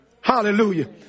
Hallelujah